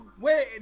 Wait